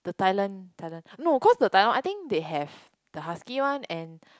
the Thailand Thailand no cause the Thailand one I think they have the husky one and